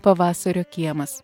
pavasario kiemas